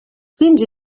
fins